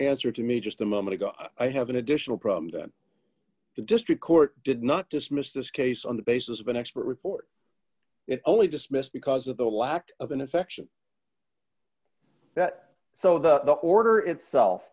answer to me just a moment ago i have an additional problem that the district court did not dismiss this case on the basis of an expert report it only dismissed because of the lack of an infection that so the order itself